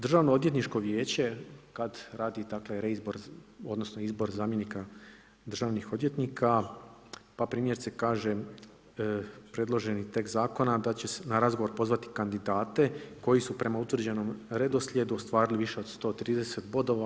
Državnoodvjetničko vijeće kada radi dakle reizbor odnosno izbor zamjenika državnih odvjetnika pa primjerice kaže predloženi tekst zakon da će se na razgovor pozvati kandidate koji su prema utvrđenom redoslijedu ostvarili više od 130 bodova.